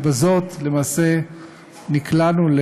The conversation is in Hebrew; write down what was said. ובזאת למעשה נקלענו,